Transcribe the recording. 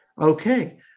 Okay